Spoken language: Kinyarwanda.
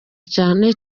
cyane